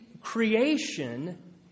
Creation